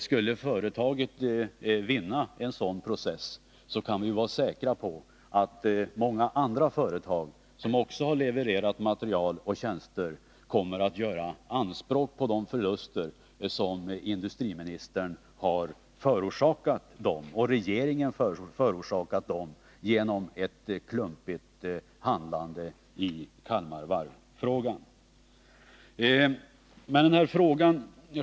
Skulle företaget vinna en sådan process kan vi vara säkra på att många andra företag, som också har levererat material och tjänster, kommer att göra anspråk på ersättning för de förluster som industriministern och regeringen förorsakat dem genom ett klumpigt handlande i Kalmar Varvs-frågan.